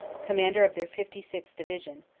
commander of their fifty sixth. division,